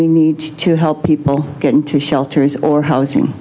we need to help people get into shelters or housing